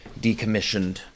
decommissioned